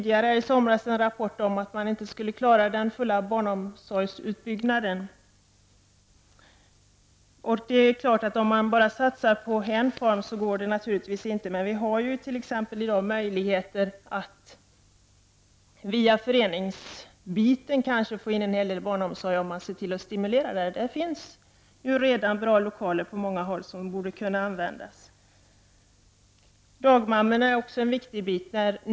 I somras rapporterades att man inte skulle klara den fullt utbyggda barnomsorgen. Om man bara satsar på en form är det klart att det inte går, men det finns ju möjligheter att via föreningsverksamheten bedriva en del barnomsorg. Men då måste man stimulera detta. Det finns redan bra lokaler på många håll som borde kunna utnyttjas. Dagmammorna är också viktiga.